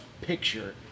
picture